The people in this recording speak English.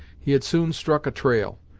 he had soon struck a trail,